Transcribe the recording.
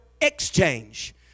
exchange